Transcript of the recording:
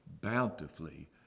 bountifully